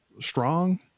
strong